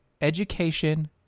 education